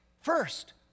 First